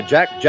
Jack